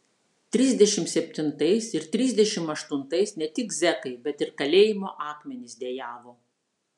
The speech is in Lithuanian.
trisdešimt septintais ir trisdešimt aštuntais ne tik zekai bet ir kalėjimo akmenys dejavo